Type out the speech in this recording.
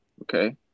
Okay